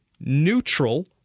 neutral